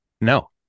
No